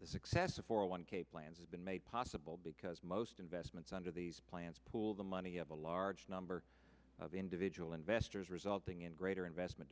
this excessive for a one k plans have been made possible because most investments under these plans pool the money of a large number of individual investors resulting in greater investment